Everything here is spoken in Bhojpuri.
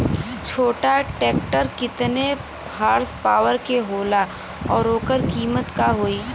छोटा ट्रेक्टर केतने हॉर्सपावर के होला और ओकर कीमत का होई?